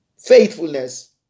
faithfulness